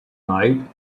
night